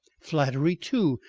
flattery too,